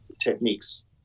techniques